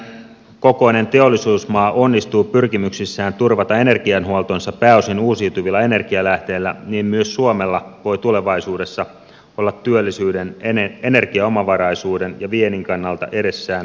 jos saksan kokoinen teollisuusmaa onnistuu pyrkimyksissään turvata energiahuoltonsa pääosin uusiutuvilla energialähteillä niin myös suomella voi tulevaisuudessa olla työllisyyden energiaomavaraisuuden ja viennin kannalta edessään lupaava tulevaisuus